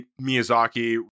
Miyazaki